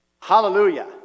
Hallelujah